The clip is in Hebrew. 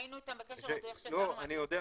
היינו איתם בקשר איך שיצאנו מ --- אני יודע,